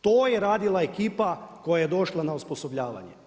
To je radila ekipa koja je došla na osposobljavanje.